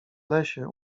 lesie